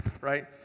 right